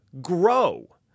grow